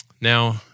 Now